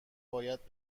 باید